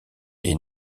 est